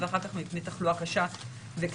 ואחר כך מפני תחלואה קשה וקריטית.